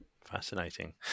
Fascinating